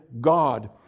God